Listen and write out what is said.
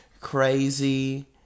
crazy